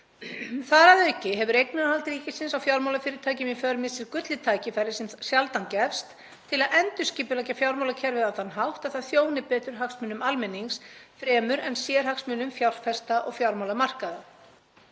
Þar að auki hefur eignarhald ríkisins á fjármálafyrirtækjum í för með sér gullið tækifæri sem sjaldan gefst til að endurskipuleggja fjármálakerfið á þann hátt að það þjóni betur hagsmunum almennings fremur en sérhagsmunum fjárfesta og fjármálamarkaða.